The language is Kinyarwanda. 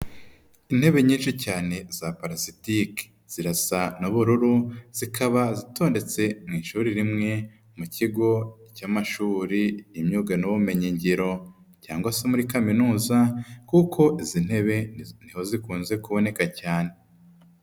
Intebe nyinshi cyane za parasitiki, zirasa n'ubururu, zikaba zitondetse mu ishuri rimwe mu kigo cy'amashuri y'imyuga n'ubumenyi ngiro cyangwa se muri kaminuza kuko izi ntebe niho zikunze kuboneka cyane.